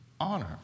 honor